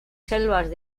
selvas